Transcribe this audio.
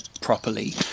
properly